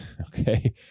Okay